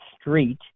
Street